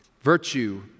Virtue